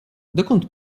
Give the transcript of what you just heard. dokąd